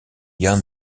jan